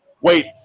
wait